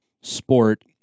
sport